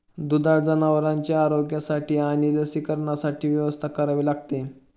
दुधाळ जनावरांच्या आरोग्यासाठी आणि लसीकरणासाठी व्यवस्था करावी लागते